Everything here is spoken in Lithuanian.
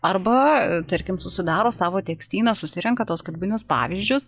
arba tarkim su sudaro savo tekstyną susirenka tuos kalbinius pavyzdžius